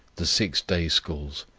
the six day schools,